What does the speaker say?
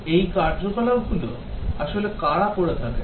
এই কার্যকলাপগুলো আসলে কারা করে থাকেন